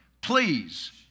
please